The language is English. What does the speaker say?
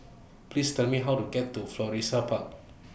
Please Tell Me How to get to Florissa Park